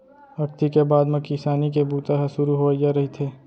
अक्ती के बाद म किसानी के बूता ह सुरू होवइया रहिथे